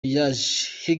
yose